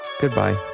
Goodbye